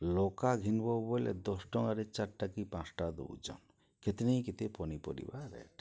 ଲଙ୍କା ଘିନ୍ବ ବଏଲେ ଦଶ୍ ଟଙ୍କାରେ ଚାର୍ଟା କି ପାଞ୍ଚ୍ଟା ଦଉଚନ୍ କେତେ ନି କେତେ ପନିପରିବା ରେଟ୍